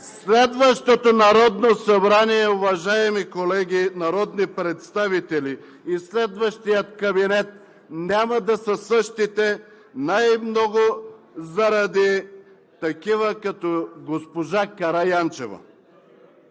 Следващото Народно събрание, уважаеми колеги народни представители, и следващият кабинет няма да са същите най-много заради такива като госпожа Караянчева.